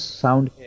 sound